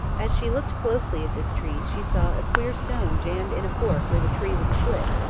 as she looked closely at this tree she saw a queer stone jammed in a fork where the tree was split,